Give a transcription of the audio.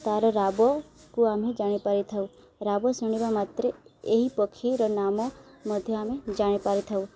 ତାର ରାବକୁ ଆମେ ଜାଣିପାରିଥାଉ ରାବ ଶୁଣିବା ମାତ୍ରେ ଏହି ପକ୍ଷୀର ନାମ ମଧ୍ୟ ଆମେ ଜାଣିପାରିଥାଉ